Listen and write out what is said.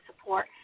support